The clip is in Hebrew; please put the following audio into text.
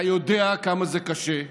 אתה יודע כמה זה קשה,